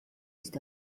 ist